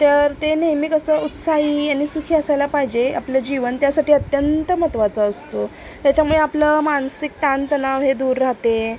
तर ते नेहमी कसं उत्साह आणि सुखी असायला पाहिजे आपलं जीवन त्यासाठी अत्यंत महत्त्वाचा असतो त्याच्यामुळे आपलं मानसिक ताणतणाव हे दूर राहते